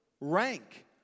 rank